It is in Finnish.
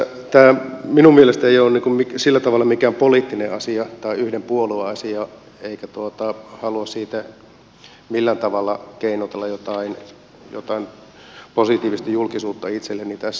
tämä minun mielestäni ei ole sillä tavalla mikään poliittinen asia tai yhden puolueen asia enkä halua sillä millään tavalla keinotella jotain positiivista julkisuutta itselleni tässä